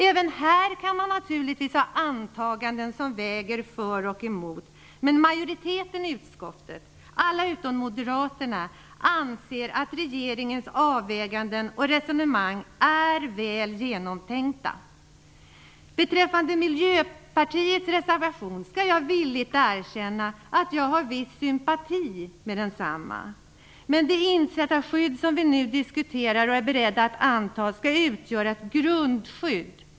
Även här kan man naturligtvis ha antaganden som väger för och emot, men majoriteten i utskottet - alla utom moderaterna - anser att regeringens avväganden och resonemang är väl genomtänkta. Beträffande Miljöpartiets reservation skall jag villigt erkänna att jag har viss sympati för den. Men det insättarskydd som vi nu diskuterar och är beredda att anta skall utgöra ett grundskydd.